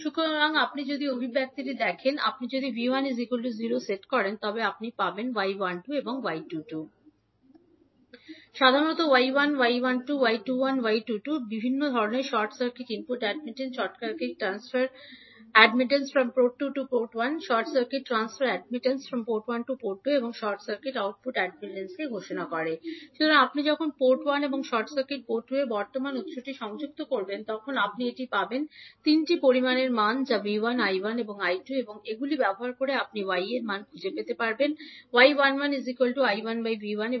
সুতরাং আপনি যদি অভিব্যক্তিটি দেখেন আপনি যদি 𝐕1 0 সেট করেন তবে আপনি পাবেন সাধারণত 𝐲11 Short circuit input admittance 𝐲12 Short circuit transfer admittance from port 2 to port 1 𝐲21 Short circuit transfer admittance from port 1 to port 2 𝐲22 Short circuit output admittance সুতরাং আপনি যখন পোর্ট 1 এবং শর্ট সার্কিট পোর্ট 2 এ বর্তমান উত্সটি সংযুক্ত করবেন তখন আপনি এটি পাবেন তিনটি পরিমাণের মান যা 𝐕1 𝐈1 এবং 𝐈2 এবং এগুলি ব্যবহার করে আপনি 𝐲 এর মান খুঁজে পেতে পারেন এবং